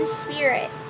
spirit